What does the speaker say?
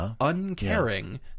uncaring